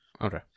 Okay